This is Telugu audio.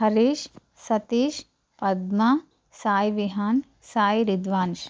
హరీష్ సతీష్ పద్మ సాయి విహాన్ సాయి రిధ్వాన్ష్